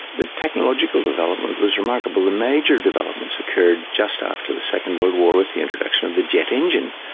the technological development was remarkable. the major developments occurred just after the second world war with the introduction of the jet engine.